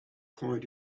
point